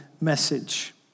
message